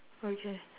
okay